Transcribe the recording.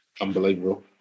Unbelievable